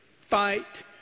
Fight